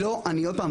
עוד פעם,